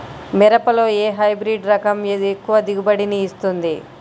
మిరపలో ఏ హైబ్రిడ్ రకం ఎక్కువ దిగుబడిని ఇస్తుంది?